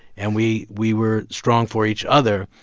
and we we were strong for each other,